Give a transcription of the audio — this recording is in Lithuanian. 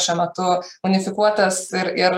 šiuo metu unifikuotas ir ir